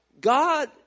God